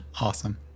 Awesome